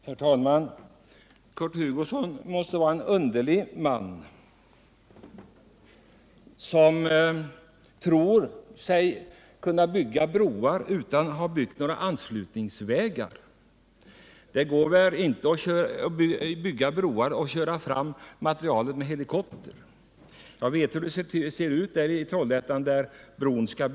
Herr talman! Kurt Hugosson måste vara en underlig man, som tror att man kan bygga broar utan att ha byggt några anslutningsvägar. Det går inte att köra fram materialet till bron med helikopter! Jag vet hur det ser ut där bron skall byggas i Trollhättan.